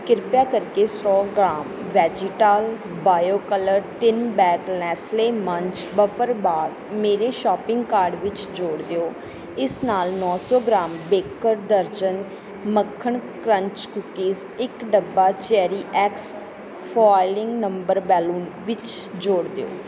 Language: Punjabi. ਕ੍ਰਿਪਾ ਕਰਕੇ ਸੌ ਗ੍ਰਾਮ ਵੈਜੀਟਾਲ ਬਾਇਓ ਕਲਰ ਤਿੰਨ bag Nestle munch wafer bar ਮੇਰੇ ਸ਼ੋਪਿੰਗ ਕਾਰਟ ਵਿੱਚ ਜੋੜ ਦਿਓ ਇਸ ਦੇ ਨਾਲ ਨੌਂ ਸੌ ਗ੍ਰਾਮ ਬੇਕਰ ਦਰਜਨ ਮੱਖਣ ਕਰੰਚ ਕੂਕੀਜ਼ ਇੱਕ ਡੱਬਾ cherry X foiling number balloon ਵੀ ਜੋੜ ਦਿਓ